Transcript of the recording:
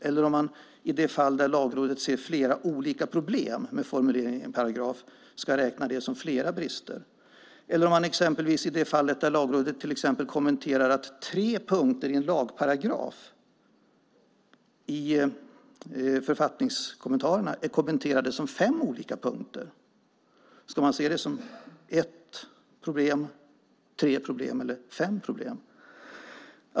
Eller ska man räkna det som flera brister i de fall där Lagrådet ser flera problem med formuleringarna i en paragraf? Eller hur ska man göra i det fall där Lagrådet till exempel kommenterar att tre punkter i en lagparagraf i författningskommentarerna är kommenterade som fem olika punkter? Ska man se det som ett problem, tre problem eller fem problem?